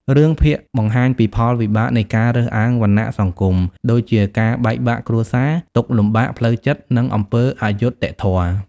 រឿងភាគបង្ហាញពីផលវិបាកនៃការរើសអើងវណ្ណៈសង្គម ដូចជាការបែកបាក់គ្រួសារ ទុក្ខលំបាកផ្លូវចិត្ត និងអំពើអយុត្តិធម៌។